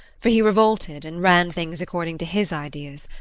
for he revolted, and ran things according to his ideas.